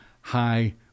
high